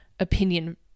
opinion